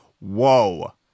Whoa